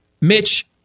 Mitch